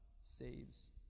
saves